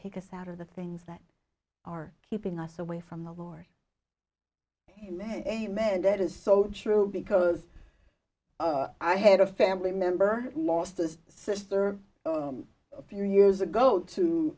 take us out of the things that are keeping us away from the lord and a man that is so true because oh i had a family member lost a sister a few years ago to